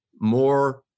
more